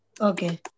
Okay